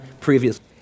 previously